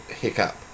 hiccup